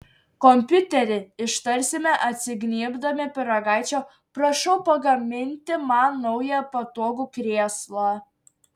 kompiuteri ištarsime atsignybdami pyragaičio prašau pagaminti man naują patogų krėslą